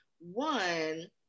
one